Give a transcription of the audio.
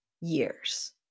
years